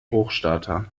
hochstarter